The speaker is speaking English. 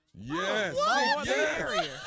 Yes